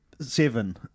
seven